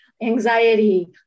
anxiety